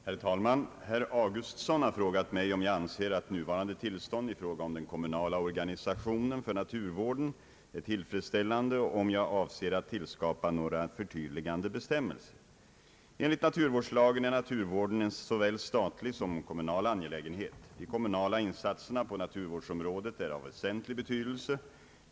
Herr talman! Herr Augustsson har frågat mig om jag anser att nuvarande tillstånd i fråga om den kommunala organisationen för naturvården är tillfredsställande och om jag avser att tillskapa några förtydligande bestämmelser. Enligt naturvårdslagen är naturvården en såväl statlig som kommunal angelägenhet. De kommunala insatserna på naturvårdsområdet är av väsentlig betydelse.